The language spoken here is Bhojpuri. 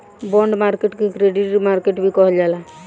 बॉन्ड मार्केट के क्रेडिट मार्केट भी कहल जाला